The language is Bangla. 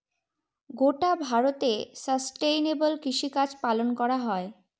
গোটা ভারতে সাস্টেইনেবল কৃষিকাজ পালন করা হয়